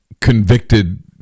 convicted